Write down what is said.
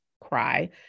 cry